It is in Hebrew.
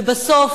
ובסוף,